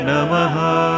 Namaha